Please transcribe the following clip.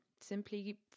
simply